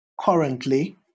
currently